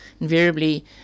Invariably